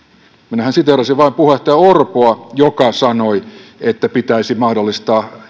minähän siteerasin vain puheenjohtaja orpoa joka sanoi että pitäisi mahdollistaa